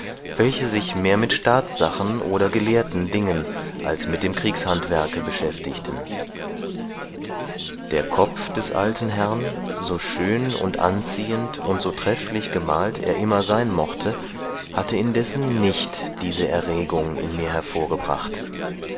welche sich mehr mit staatssachen oder gelehrten dingen als mit dem kriegshandwerke beschäftigten der kopf des alten herrn so schön und anziehend und so trefflich gemalt er immer sein mochte hatte indessen nicht diese erregung in mir hervorgebracht